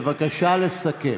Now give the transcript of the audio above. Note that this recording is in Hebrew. בבקשה, לסכם.